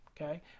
okay